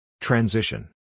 Transition